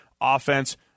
offense